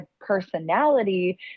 Personality